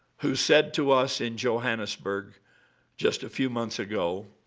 who said to us in johannesburg just a few months ago,